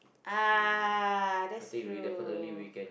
ah that's true